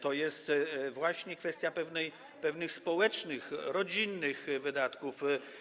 To jest właśnie kwestia pewnych społecznych, rodzinnych wydatków.